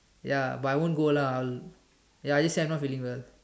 ya but I won't go lah I won't lah bro ya just say I'm not feeling well